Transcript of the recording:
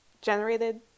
Generated